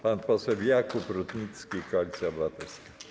Pan poseł Jakub Rutnicki, Koalicja Obywatelska.